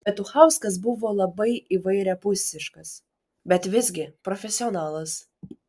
petuchauskas buvo labai įvairiapusiškas bet visgi profesionalas